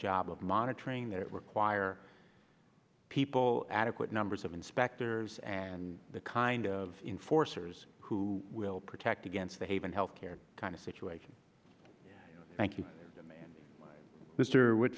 job of monitoring that require people adequate numbers of inspectors and the kind of enforcers who will protect against the haven health care kind of situation thank you the man